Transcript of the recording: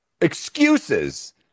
excuses